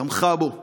תמכה בו מדינית,